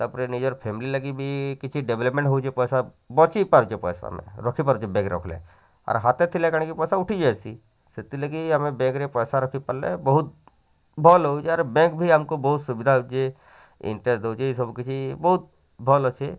ତା'ପରେ ନିଜର୍ ଫ୍ୟାମିଲି ଲାଗି ବି କିଛି ଡେଭଲପମେଣ୍ଟ୍ ହେଉଛି ପଇସା ବଞ୍ଚାଇପାରୁଛେ ପଇସା ଆମେ ରଖିପାରୁଛେ ବ୍ୟାଙ୍କ୍ରେ ରଖିଲେ ଆର୍ ହାତେ ଥିଲେ କାଣା କି ପଇସା ଉଠିଯାଏସି ସେଥିର୍ ଲାଗି ଆମେ ବ୍ୟାଙ୍କ୍ରେ ପଇସା ରଖିପାରିଲେ ବହୁତ୍ ଭଲ୍ ହୋଉଛି ଆର୍ ବ୍ୟାଙ୍କ୍ ବି ଆମକୁ ବୋହୁତ୍ ସୁବିଧା ଦଉଛି ଇଣ୍ଟ୍ରେଷ୍ଟ୍ ଦଉଛି ସବୁକିଛି ବହୁତ୍ ଭଲ୍ ଅଛି